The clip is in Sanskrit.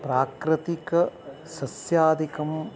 प्राकृतिकसस्यादिकम्